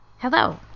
Hello